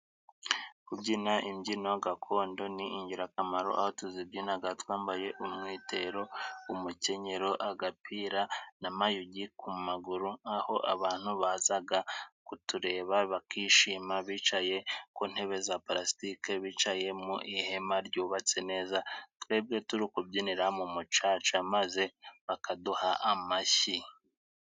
Kubyina imbyino gakondo ni ingirakamaro, aho tuzibyinaga twambaye umwitero, umukenyero, agapira n'amayugi ku maguru, aho abantu bazaga kutureba bakishima bicaye ku ntebe za parasitike(plastic), bicaye mu ihema ryubatse neza. Twebwe turi kubyinira mu mucaca maze bakaduha amashyi.